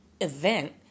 event